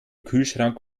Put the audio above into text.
kühlschrank